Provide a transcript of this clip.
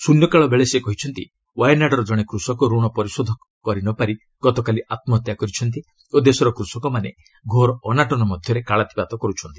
ଶ୍ଚନ୍ୟକାଳ ବେଳେ ସେ କହିଛନ୍ତି ୱାୟାନାର୍ଡ୍ର ଜଣେ କୃଷକ ଋଣ ପରିଷୋଧ ନ କରିପାରି ଗତକାଲି ଆତ୍କହତ୍ୟା କରିଛନ୍ତି ଓ ଦେଶର କୃଷକମାନେ ଘୋର ଅନାଟନ ମଧ୍ୟରେ କାଳାତିପାତ କର୍ତ୍ଥନ୍ତି